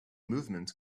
movement